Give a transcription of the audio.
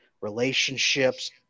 relationships